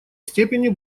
степени